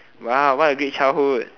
!wow! what a great childhood